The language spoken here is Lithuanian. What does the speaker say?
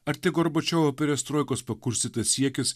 ar tik gorbačiovo perestroikos pakurstytas siekis